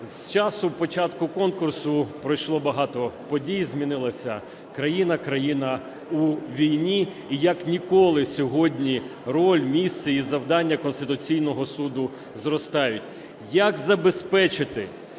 З часу початку конкурсу пройшло багато подій, змінилася країна, країна у війні і як ніколи сьогодні роль, місце і завдання Конституційного Суду зростають: як забезпечити